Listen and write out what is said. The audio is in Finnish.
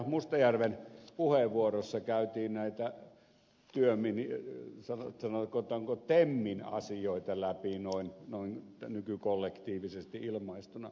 mustajärven puheenvuorossa käytiin näitä lyöminen on samaa sanoi kota sanotaanko temmin asioita läpi noin nykykollektiivisesti ilmaistuna